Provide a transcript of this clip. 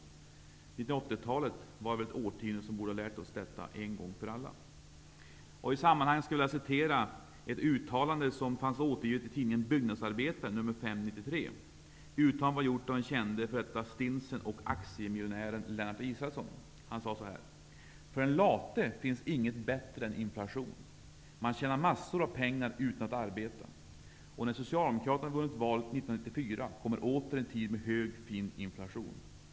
1980-talet var väl ett årtionde som borde ha lärt oss detta en gång för alla. I sammanhanget skulle jag gärna vilja citera ett uttalande som fanns återgivet i tidningen Byggnadsarbetaren nr 5/93. Uttalandet är gjort av den kände f.d. stinsen och aktiemiljonären Lennart Israelsson. Han sade: ''För den late finns inget bättre än inflation. Man tjänar massor av pengar utan att arbeta. Och när socialdemokraterna vunnit valet 1994 kommer åter en tid med hög, fin inflation.''